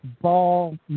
ball